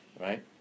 right